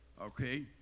Okay